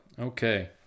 Okay